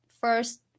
first